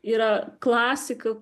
yra klasika